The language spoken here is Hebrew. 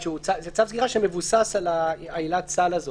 זה צו סגירה שמבוסס על עילת הסל הזאת,